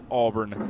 Auburn